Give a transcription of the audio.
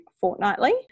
fortnightly